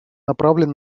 направлен